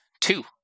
Two